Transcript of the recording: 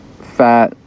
Fat